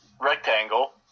rectangle